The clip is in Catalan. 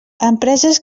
empreses